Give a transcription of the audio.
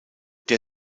der